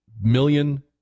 million